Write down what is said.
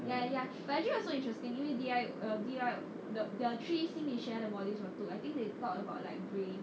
ya ya ya but actually was so interesting the D_I the the three 心理学的 modules that 我 took I think they talk about brain